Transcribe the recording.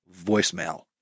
voicemail